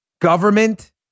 government